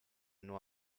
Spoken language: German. nur